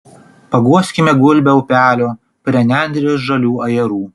paguoskime gulbę upelio prie nendrės žalių ajerų